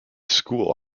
school